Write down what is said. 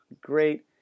great